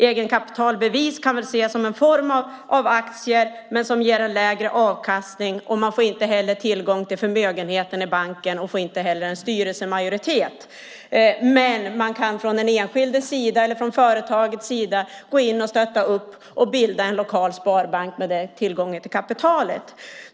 Egenkapitalbevis kan ses som en form av aktier, men de ger en lägre avkastning. Man får inte tillgång till förmögenheten i banken, och man får inte heller en styrelsemajoritet. Den enskilde eller företag kan gå in och stötta och bilda en lokal sparbank med tillgången till kapitalet.